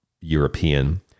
european